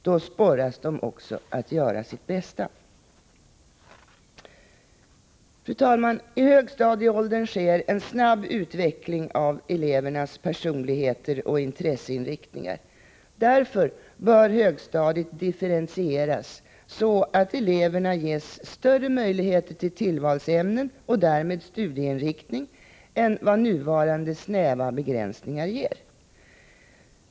Då sporras de att göra sitt bästa. Fru talman! I högstadieåldern sker en snabb utveckling av elevernas personligheter och intresseinriktningar. Därför bör högstadiet differentieras så att eleverna ges större möjligheter att välja tillvalsämnen och därmed studieinriktning än vad nuvarande snäva begränsningar erbjuder.